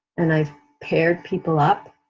and i've paired people up,